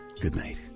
goodnight